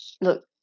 Look